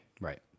Right